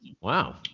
Wow